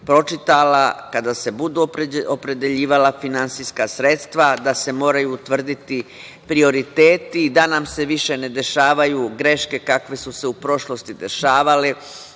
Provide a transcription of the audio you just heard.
pročitala kada se budu opredeljivala finansijska sredstva da se moraju utvrditi prioriteti, da nam se više ne dešavaju greške kakve su se u prošlosti dešavale,